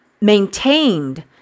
maintained